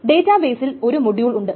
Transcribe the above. data ബെയിസിൽ ഒരു module ഉണ്ട്